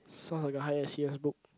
sounds like a high S_E_S book